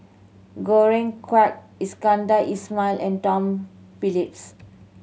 Quek Iskandar Ismail and Tom Phillips